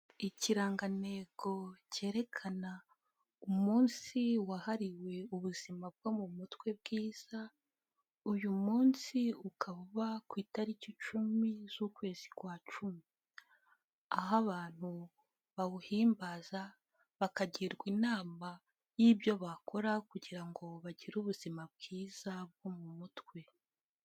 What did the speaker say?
Ikirangantego cyerekana umunsi wahariwe ubuzima bwo mu mutwe bwiza, uyu munsi ukaba uba ku itariki icumi z'ukwezi kwa cumi aho abantu bawuhimbaza, bakagirwa inama y'ibyo bakora kugira ngo bagire ubuzima bwiza bwo mu mutwe.